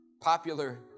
popular